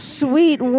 sweet